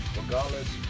regardless